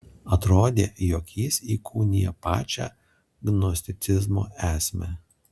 atrodė jog jis įkūnija pačią gnosticizmo esmę